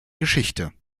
geschichte